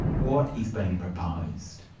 what is being proposed?